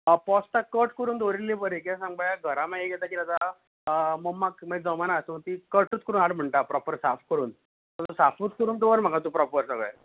पोस्तां कट करून दवरिल्लीं बरीं कित्याक सांग पळोवया घरा मागीर कितें जाता मम्माक मागी जमना सो ती कटच करून हाड म्हणटा प्रोपर साफ करून सो साफूच करून दवर तूं म्हाका प्रोपर सगलें